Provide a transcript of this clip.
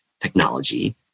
technology